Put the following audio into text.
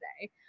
today